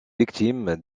victime